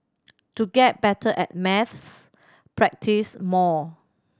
to get better at maths practise more